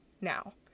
now